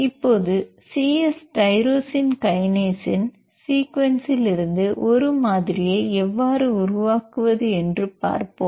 இப்போது C S tyrosine கைனேஸின் சீக்வென்ஸ்லிருந்து ஒரு மாதிரியை எவ்வாறு உருவாக்குவது என்று பார்ப்போம்